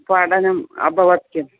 पाठनम् अभवत् किम्